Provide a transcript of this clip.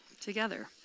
together